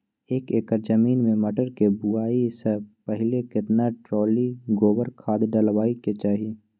एक एकर जमीन में मटर के बुआई स पहिले केतना ट्रॉली गोबर खाद डालबै के चाही?